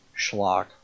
schlock